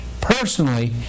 personally